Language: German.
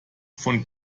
von